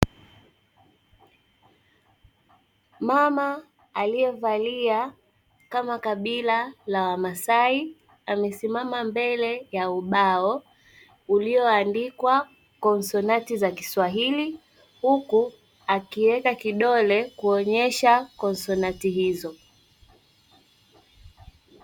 Mama aliyevalia kama kabila la wamasai amesimama mbele ya ubao ulioandikwa konsonati za kiswahili, huku akiweka kidole kuonyesha konsonati hizo.